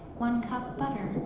one cup butter,